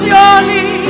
Surely